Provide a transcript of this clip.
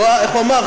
איך הוא אמר?